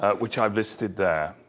ah which i've listed there.